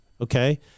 Okay